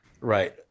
Right